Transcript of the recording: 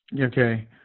Okay